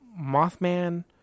Mothman